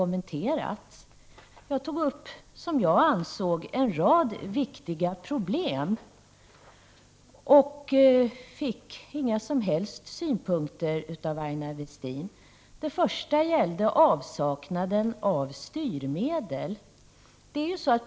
Jag tog upp en rad problem som jag anser vara viktiga, men jag fick inga som helst synpunkter på dem från Aina Westin. Den första viktiga frågan som jag tog upp gällde avsaknaden av styrmedel.